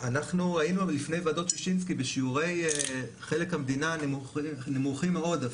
אנחנו היינו לפני ועדות שישנסקי בשיעורי חלק המדינה נמוכים מאוד,